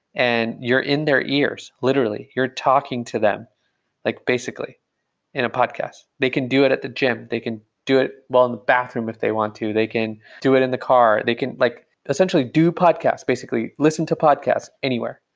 and you're in their ears, literally. you're talking to them like basically in a podcast. they can do it at the gym. they can do it while in the bathroom if they want to. they can do it in the car. like essentially, do podcast, basically. listen to podcasts anywhere,